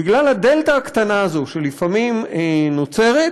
בגלל הדלתא הקטנה הזאת שלפעמים נוצרת,